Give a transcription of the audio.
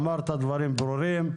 אמרת דברים ברורים,